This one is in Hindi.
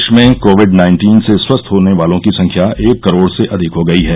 देश में कोविड नाइन्टीन से स्वस्थ होने वालों की संख्या एक करोड से अधिक हो गई है